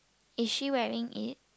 is she wearing it